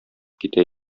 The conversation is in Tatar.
китә